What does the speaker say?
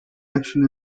action